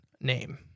name